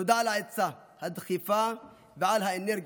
תודה על העצה, על הדחיפה ועל האנרגיות,